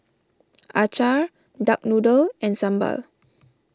Acar Duck Noodle and Sambal